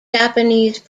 japanese